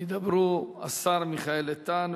ידבר השר מיכאל איתן,